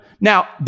Now